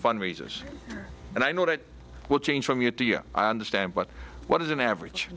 fund raisers and i know that will change from year to year i understand but what is an average